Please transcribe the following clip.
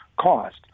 cost